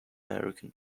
american